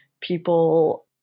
people